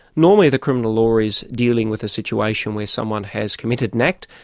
normally the criminal law is dealing with a situation where someone has committed an act,